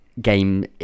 game